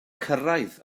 cyrraedd